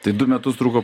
tai du metus truko